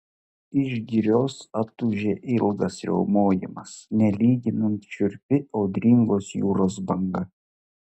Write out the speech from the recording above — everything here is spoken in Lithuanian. iš girios atūžė ilgas riaumojimas nelyginant šiurpi audringos jūros banga